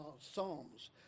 Psalms